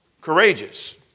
Courageous